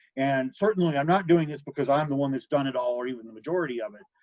and certainly, i'm not doing this because i'm the one that's done it all, or even the majority of it.